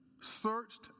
searched